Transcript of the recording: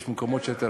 יש מקומות שהיא יותר,